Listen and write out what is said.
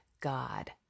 God